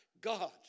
God